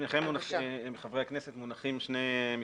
בפניכם חברי הכנסת מונחים שני מסמכים.